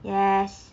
yes